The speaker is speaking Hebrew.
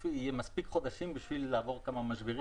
הסופי יהיו מספיק חודשים בשביל לעבור כמה משברים,